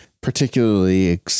particularly